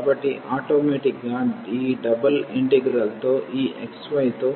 కాబట్టి ఆటోమేటిక్ గా ఈ డబుల్ ఇంటిగ్రల్తో ఈ xy తో